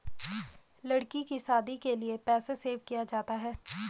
लड़की की शादी के लिए पैसे सेव किया जाता है